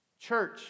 Church